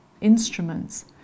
instruments